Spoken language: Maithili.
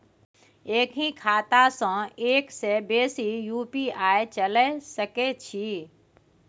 एक ही खाता सं एक से बेसी यु.पी.आई चलय सके छि?